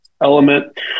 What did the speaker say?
element